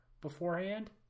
beforehand